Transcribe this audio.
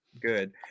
Good